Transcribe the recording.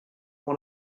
one